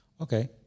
okay